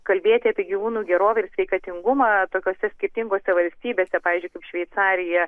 kalbėti apie gyvūnų gerovę ir sveikatingumą tokiose skirtingose valstybėse pavyzdžiui kaip šveicarija